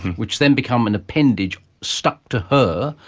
which then become an appendage stuck to her,